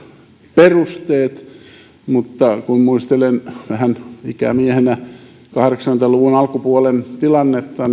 perusteet mutta kun muistelen vähän ikämiehenä kahdeksankymmentä luvun alkupuolen tilannetta